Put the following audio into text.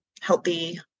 healthy